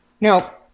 No